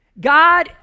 God